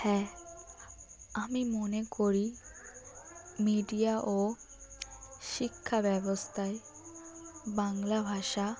হ্যাঁ আমি মনে করি মিডিয়া ও শিক্ষা ব্যবস্থায় বাংলা ভাষা